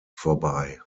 vorbei